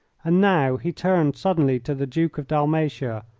and now he turned suddenly to the duke of dalmatia,